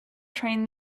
train